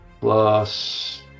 plus